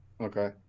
Okay